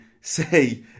say